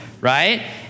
right